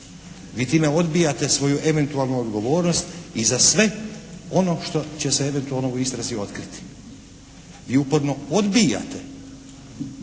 Vi time odbijate svoju eventualnu odgovornost i za sve ono što će se eventualno u istrazi otkriti. Vi uporno odbijate